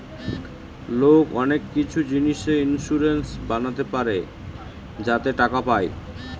লোক অনেক কিছু জিনিসে ইন্সুরেন্স বানাতে পারে যাতে টাকা পায়